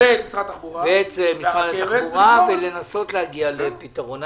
ואת משרד התחבורה ולנסות להגיע לפתרון.